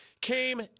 came